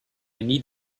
need